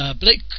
Blake